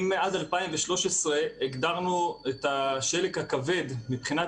אם עד 2013 הגדרנו את השלג הכבד מבחינת